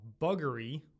Buggery